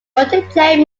multiplayer